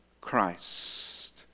Christ